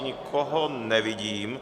Nikoho nevidím.